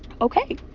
okay